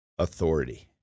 Authority